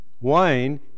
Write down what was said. wine